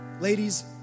Ladies